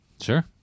Sure